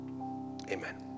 Amen